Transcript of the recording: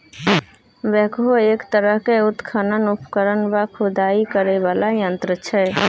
backhoe एक तरहक उत्खनन उपकरण वा खुदाई करय बला यंत्र छै